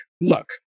look